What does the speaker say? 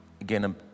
again